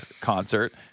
concert